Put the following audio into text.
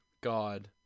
god